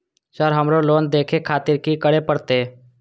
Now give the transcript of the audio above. Sir हमरो loan देखें खातिर की करें परतें?